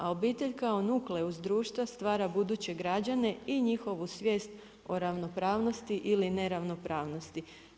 A obitelj kao nukleus društva stvara buduće građane i njihovu svijest o ravnopravnosti ili neravnopravnosti.